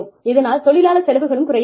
இதனால் தொழிலாளர் செலவுகளும் குறையக்கூடும்